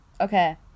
Okay